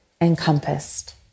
encompassed